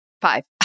Five